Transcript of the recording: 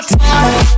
time